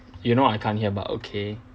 you know I can't hear but okay